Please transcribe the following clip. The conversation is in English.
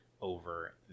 over